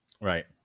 Right